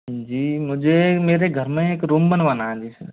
जी मुझे मेरे घर में एक रूम बनवाना है जी